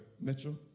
Mitchell